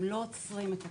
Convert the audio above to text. הם לא עוצרים את הכספים,